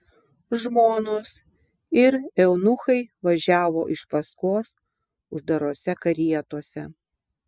žmonos ir eunuchai važiavo iš paskos uždarose karietose